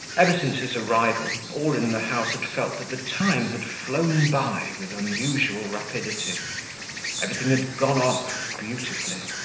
ever since his arrival, all in the house had felt that the time had flown by with unusual rapidity everything had gone off beautifully.